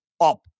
up